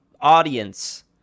audience